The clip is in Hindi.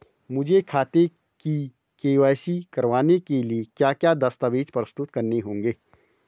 मुझे खाते की के.वाई.सी करवाने के लिए क्या क्या दस्तावेज़ प्रस्तुत करने होंगे?